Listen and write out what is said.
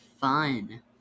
fun